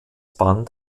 band